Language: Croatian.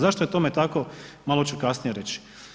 Zašto je tome tako, malo ću kasnije reći.